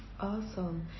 Awesome